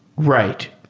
right.